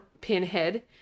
pinhead